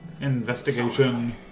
Investigation